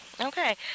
Okay